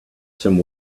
some